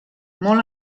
molt